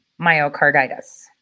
myocarditis